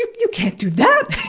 ah y-y-you can't do that!